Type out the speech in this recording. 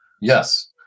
Yes